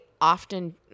often